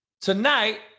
tonight